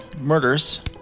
murders